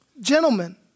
Gentlemen